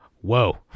Whoa